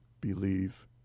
believe